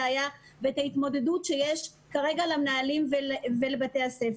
זה לא מה שיפתור את הבעיה ואת ההתמודדות שיש כרגע למנהלים ולבתי הספר.